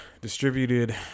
Distributed